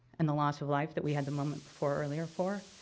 and the loss of life that we had the moment before earlier for,